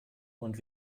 und